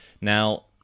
Now